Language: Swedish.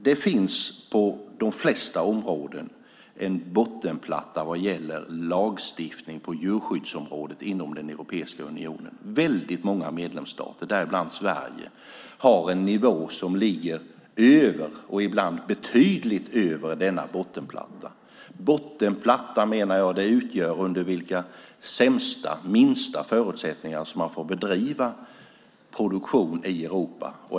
Det finns på de flesta områden en bottenplatta vad gäller lagstiftning på djurskyddsområdet inom Europeiska unionen. Många medlemsstater, däribland Sverige, har en nivå som ligger över och ibland betydligt över denna bottenplatta. Bottenplattan avser under vilka sämsta och minsta förutsättningar man får bedriva produktion i Europa.